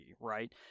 right